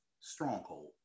stronghold